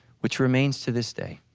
which remains to this day.